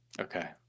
Okay